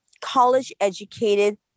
college-educated